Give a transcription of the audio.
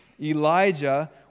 Elijah